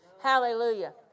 Hallelujah